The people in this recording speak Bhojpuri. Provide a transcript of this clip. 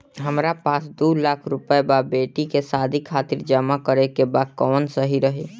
हमरा पास दू लाख रुपया बा बेटी के शादी खातिर जमा करे के बा कवन सही रही?